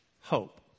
hope